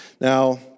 Now